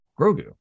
Grogu